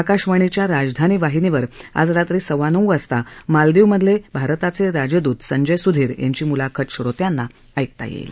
आकाशवाणीच्या राजधानी वाहिनीवर आज रात्री सवा नऊ वाजता मालदीवमधले भारताचे राजदूत संजय सुधीर यांची मुलाखत श्रोत्यांना ऐकता येईल